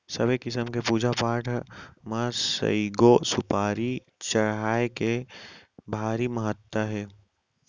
सबे किसम के पूजा पाठ म सइघो सुपारी चघाए के भारी महत्ता हे